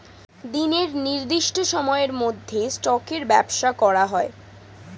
দিনের নির্দিষ্ট সময়ের মধ্যে স্টকের ব্যবসা করা হয়